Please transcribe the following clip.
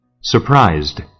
Surprised